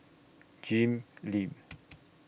Jim Lim